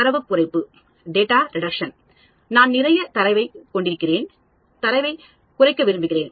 தரவுக் குறைப்பு நான் நிறைய தரவைக் கொண்டிருக்கிறேன் தரவைக் குறைக்க விரும்புகிறேன்